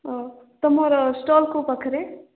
ତ ତମର ଷ୍ଟଲ୍ କେଉଁ ପାଖରେ